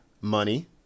money